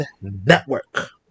network